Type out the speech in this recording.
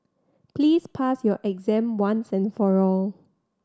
please pass your exam once and for all